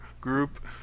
group